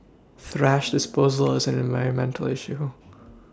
thrash disposal is an environmental issue